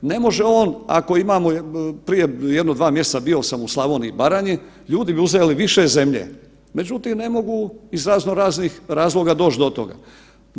Ne može on, ako imamo prije jedno 2 mjeseca bio sam u Slavoniji i Baranji, ljudi bi uzeli više zemlje, međutim ne mogu iz razno raznih razloga doći do toga.